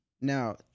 Now